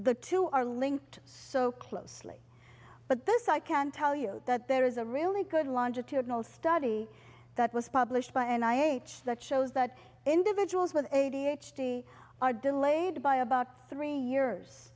the two are linked so closely but this i can tell you that there is a really good longitudinal study that was published by and i age that shows that individuals with eighty h d are delayed by about three years